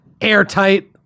airtight